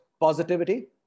positivity